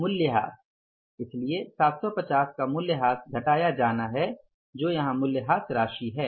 मूल्यह्रास इसलिए 750 का मूल्यह्रास घटाया जाता है जो यहां मूल्यह्रास राशि है